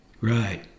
right